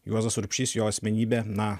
juozas urbšys jo asmenybė na